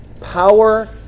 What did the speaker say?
Power